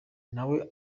nawe